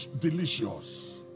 Delicious